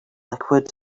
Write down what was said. liquid